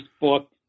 book